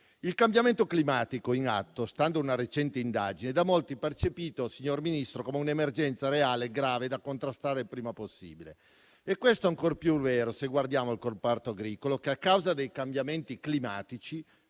Il cambiamento climatico in atto, stando ad una recente indagine, è da molti percepito, signor Ministro, come un'emergenza reale e grave, da contrastare il prima possibile. Questo è ancor più vero se guardiamo al comparto agricolo, che, a causa dei cambiamenti climatici